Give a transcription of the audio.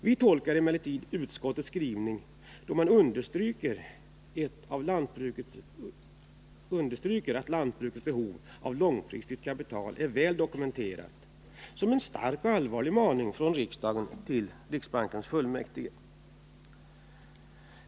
Vi tolkar emellertid utskottets skrivning, där man understryker att lantbrukets behov av långfristigt kapital är väl dokumenterat, som en stark och allvarlig maning från riksdagen till riksbankens fullmäktige.